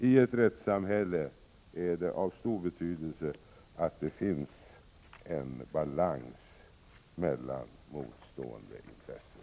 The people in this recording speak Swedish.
I ett rättssamhälle är det av stor betydelse att det finns en balans mellan dessa motstående intressen.